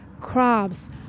crops